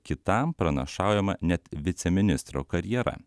kitam pranašaujama net viceministro karjera